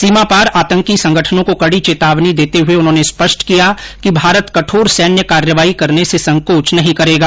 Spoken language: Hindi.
सीमापार आतंकी संगठनों को कड़ी चेतावनी देते हुए उन्होंने स्पष्ट किया कि भारत कठोर सैन्य कार्रवाई करने से संकोच नहीं करेगा